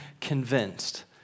convinced